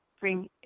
bring